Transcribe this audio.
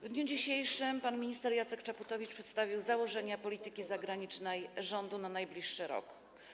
W dniu dzisiejszym pan minister Jacek Czaputowicz przedstawił założenia polityki zagranicznej rządu na najbliższy rok.